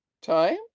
time